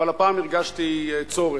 אבל הפעם הרגשתי צורך.